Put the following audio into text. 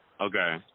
Okay